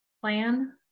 plan